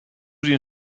den